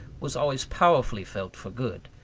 was always powerfully felt for good,